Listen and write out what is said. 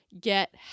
get